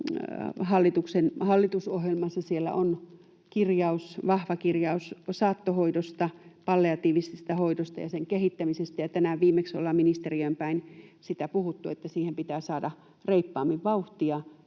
hallitusohjelmassa kirjaus, vahva kirjaus, saattohoidosta, palliatiivisesta hoidosta ja sen kehittämisestä. Tänään viimeksi ollaan ministeriöön päin sitä puhuttu, että siihen pitää saada reippaammin vauhtia,